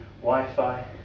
Wi-Fi